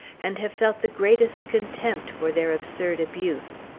and have felt the greatest contempt for their absurd abuse.